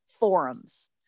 Forums